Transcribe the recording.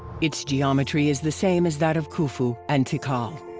its geometry is the same as that of khufu and tikal.